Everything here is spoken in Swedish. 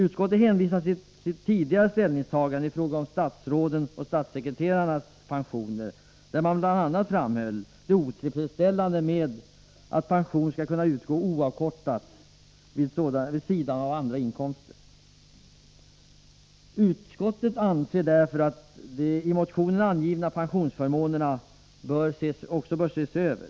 Utskottet hänvisar till sitt tidigare ställningstagande i fråga om statsrådens och statssekreterarnas pensioner, där man bl.a. framhöll det otillfredsställande i att pension skall kunna utgå oavkortad vid sidan av andra inkomster. Utskottet anser därför att de i motionen angivna pensionsförmånerna också bör ses över.